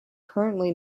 currently